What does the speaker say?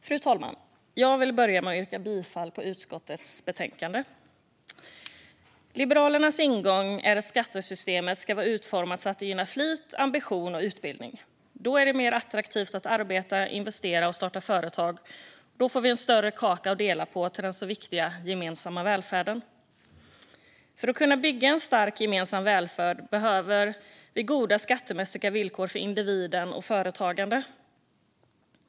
Fru talman! Jag vill börja med att yrka bifall till utskottets förslag till beslut. Liberalernas ingång är att skattesystemet ska vara utformat så att det gynnar flit, ambition och utbildning. Då är det mer attraktivt att arbeta, investera och starta företag. Då får vi en större kaka att dela på till den så viktiga gemensamma välfärden. För att kunna bygga en stark gemensam välfärd behöver vi goda skattemässiga villkor för individer och företagande.